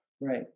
Right